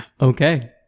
Okay